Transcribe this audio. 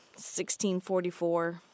1644